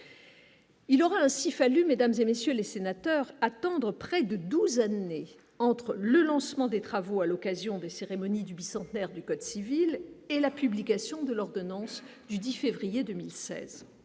Il aura ainsi fallu mesdames et messieurs les sénateurs, attendre près de 12 années entre le lancement des travaux à l'occasion des cérémonies du bicentenaire du Code civil et la publication de l'ordonnance du 10 février 2016